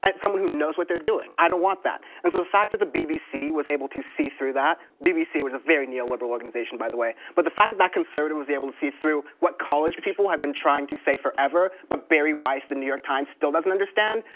and someone who knows what they're doing. i don't want that. it's the fact that the bbc was able to see through that, bbc was a very neoliberal organization by the way. but the fact that that conservative was able to see through what college people have been trying to say forever, but barry weiss of the new york times still doesn't understand,